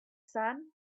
sun